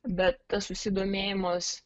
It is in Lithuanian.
bet tas susidomėjimas